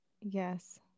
Yes